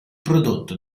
prodotto